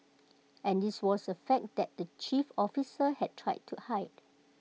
and this was A fact that the chief officers had tried to hide